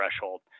threshold